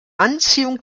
anziehung